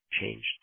changed